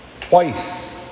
twice